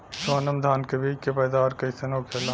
सोनम धान के बिज के पैदावार कइसन होखेला?